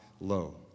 low